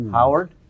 Howard